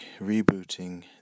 rebooting